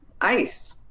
ice